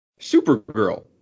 Supergirl